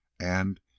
And